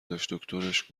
داشت، دکترش